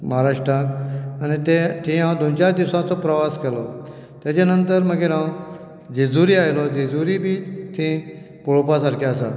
महाराष्ट्रांत आनी थंय हांव दोन चार दिसांचो प्रवास केलो ताचे नंतर मागीर हांव जेजुरी आयलों जेजुरी बी पळोवपा सारकें आसा